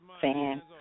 fan